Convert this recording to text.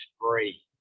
free